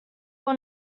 will